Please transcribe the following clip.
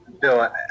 Bill